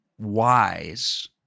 wise